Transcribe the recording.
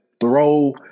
throw